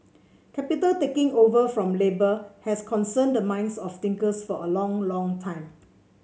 capital taking over from labour has concerned the minds of thinkers for a long long time